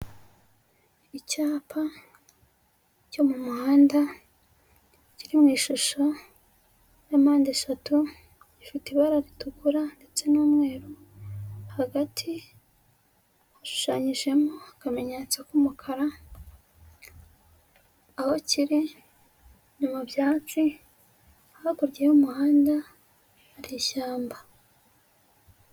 Icyapa cyo mu muhanda kiri mu ishusho ya mpande eshatu ifite ibara ritukura ndetse n'umweru hagati hashushanyijemo akamenyetso k'umukara, aho kiri ni mu byatsi, hakurya y'umuhanda hari ishyamba.